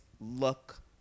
look